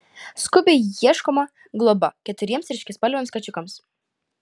skubiai ieškoma globa keturiems ryškiaspalviams kačiukams